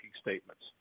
statements